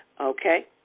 Okay